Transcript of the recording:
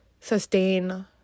sustain